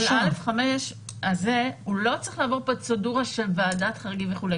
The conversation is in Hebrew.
א5 הזה לא צריך לעבור פרוצדורה של ועדת חריגים וכו'.